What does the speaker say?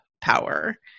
power